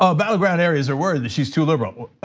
ah battleground areas are worried that she's too liberal. well,